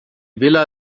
villa